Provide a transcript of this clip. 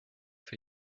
for